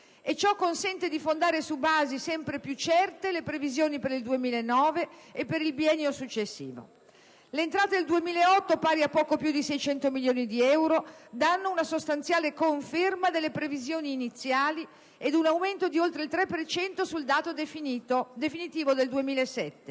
Ciò consente di fondare su basi sempre più certe le previsioni per il 2009 e per il biennio successivo. Le entrate del 2008, pari a poco più di 600 milioni di euro, danno una sostanziale conferma delle previsioni iniziali e mostrano un aumento di oltre il 3 per cento sul dato definitivo del 2007.